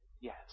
Yes